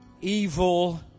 evil